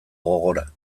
gogora